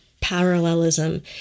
parallelism